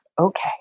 Okay